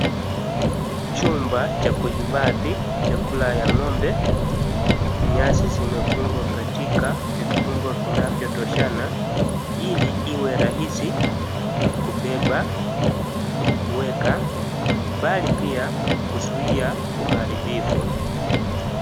Chumba cha kuhifadhi chakula ya ng'ombe, nyasi zimefungwa katika vifungo vinavyotoshana ili iwe rahisi kubeba, kuweka, bali pia kuzuia uharibifu.